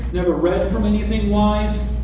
never read from anything wise.